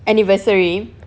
anniversary